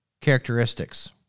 characteristics